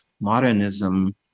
modernism